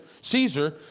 Caesar